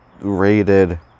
rated